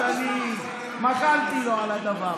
אז אני מחלתי לו על הדבר.